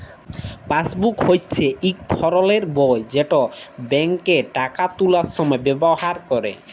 passbook হচ্যে ইক ধরলের বই যেট ব্যাংকে টাকা তুলার সময় ব্যাভার ক্যরে